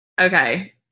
Okay